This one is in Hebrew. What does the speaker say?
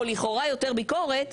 או לכאורה יותר ביקורת,